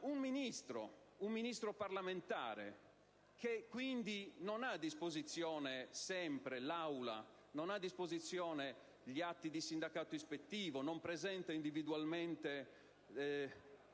un Ministro parlamentare, che quindi non ha a disposizione sempre l'Aula, gli atti di sindacato ispettivo e non presenta individualmente